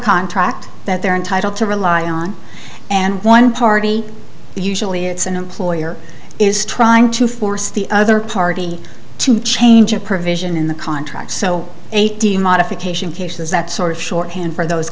contract that they're entitled to rely on and one party usually it's an employer is trying to force the other party to change a provision in the contract so eighteen modification cases that sort of shorthand for those